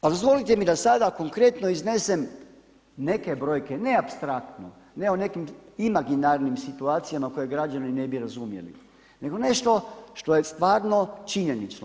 Dozvolite mi da sada konkretno iznesem neke brojke, ne apstraktno, ne o nekim imaginarnim situacijama koje građani ne bi razumjeli, nego nešto što je stvarno činjenično.